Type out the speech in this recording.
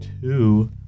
two